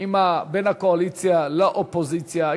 בין הקואליציה לאופוזיציה,